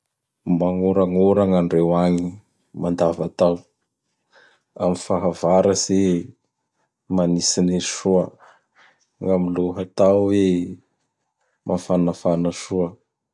Magnoragnora gn'andreo agny am mandavatao. Am fahavaratsy i manitsinitsy soa. Gn'amin'ny lohatao i mafanafana soa.